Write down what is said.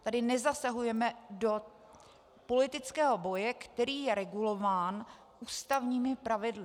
Tady nezasahujeme do politického boje, který je regulován ústavními pravidly.